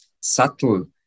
subtle